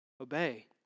Obey